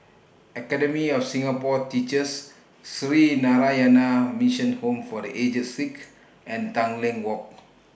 Academy of Singapore Teachers Sree Narayana Mission Home For The Aged Sick and Tanglin Walk